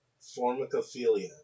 Formicophilia